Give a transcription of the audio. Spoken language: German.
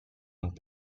und